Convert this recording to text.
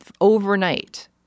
overnight